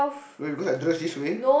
why because I dress this way